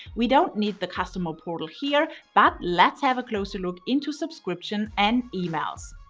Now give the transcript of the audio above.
we don't need the customer portal here, but let's have a closer look into subscriptions and emails.